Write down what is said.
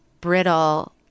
brittle